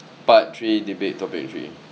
part three debate topic three